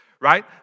right